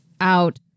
out